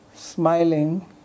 smiling